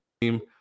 team